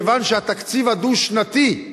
מכיוון שהתקציב הדו-שנתי,